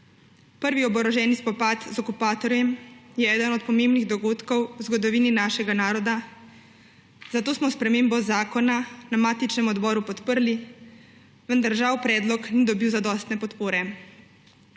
Prvi oboroženi spopad z okupatorjem je eden od pomembnih dogodkov v zgodovini našega naroda, zato smo spremembo zakona na matičnem odboru podprli, vendar žal predlog ni dobil zadostne podpore.